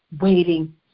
waiting